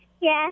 Yes